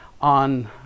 on